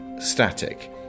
static